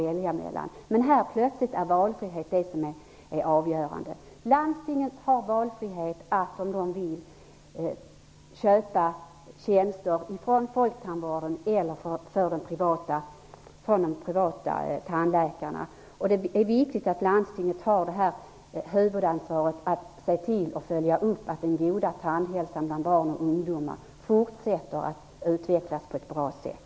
Men i den här frågan är plötsligt valfriheten det avgörande. Landstinget har valfrihet att om man vill köpa tjänster från Folktandvården eller från de privata tandläkarna. Det är viktigt att landstinget har huvudansvaret för att följa upp och se till så att den goda tandhälsan bland barn och ungdomar fortsätter att utvecklas på ett bra sätt.